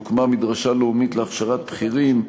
הוקמה מדרשה לאומית להכשרת בכירים,